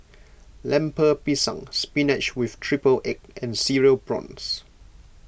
Lemper Pisang Spinach with Triple Egg and Cereal Prawns